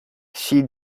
she